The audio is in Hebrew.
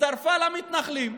הצטרפה למתנחלים,